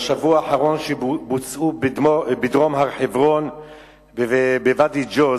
שבוצעו בשבוע האחרון בדרום הר-חברון ובוואדי-ג'וז,